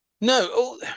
No